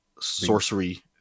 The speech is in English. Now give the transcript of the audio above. sorcery